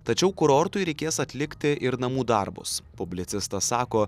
tačiau kurortui reikės atlikti ir namų darbus publicistas sako